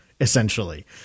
essentially